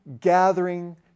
gathering